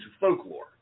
folklore